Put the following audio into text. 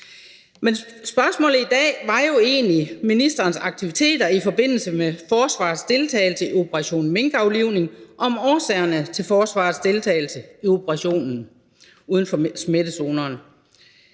Men spørgsmålet i dag var jo egentlig i forhold til ministerens aktiviteter i forbindelse med forsvarets deltagelse i operation minkaflivning – om årsagerne til forsvarets deltagelse i operationen uden for smittezonerne.